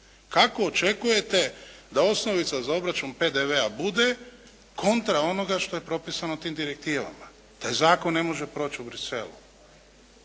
Kako očekujete da osnovica za obračun PDV-a bude kontra onoga što je propisano tim direktivama. Taj zakon ne može proći u Bruxellesu.